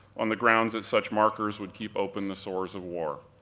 on the grounds that such markers would keep open the sores of war.